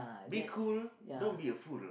be cool don't be a fool